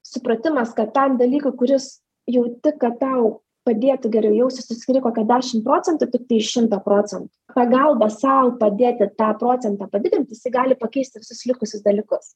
supratimas kad tam dalykui kuris jauti kad tau padėtų geriau jaustis tu skiri kokią dešim procentų tiktai iš šimto procentų pagalba sau padėti tą procentą padidint jisai gali pakeisti visus likusius dalykus